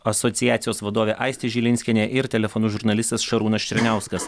asociacijos vadovė aistė žilinskienė ir telefonu žurnalistas šarūnas černiauskas